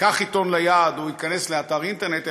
ייקח עיתון ליד או לא ייכנס לאתר אינטרנט,